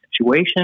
situation